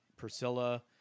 Priscilla